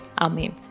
Amen